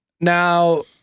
Now